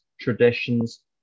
traditions